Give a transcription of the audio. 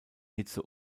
hitze